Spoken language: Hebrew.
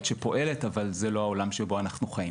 שפועלת אבל זה לא העולם שבו אנחנו חיים.